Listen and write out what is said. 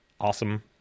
awesome